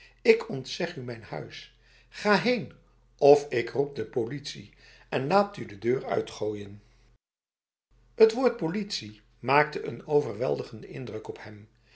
ik ontzeg u mijn huis ga heen of ik roep de politie en laat u de deur uitgooien het woord politie maakte een overweldigende indruk op hem